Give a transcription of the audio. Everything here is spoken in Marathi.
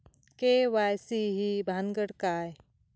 के.वाय.सी ही भानगड काय?